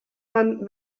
man